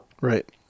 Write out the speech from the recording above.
Right